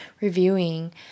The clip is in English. reviewing